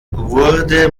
wurde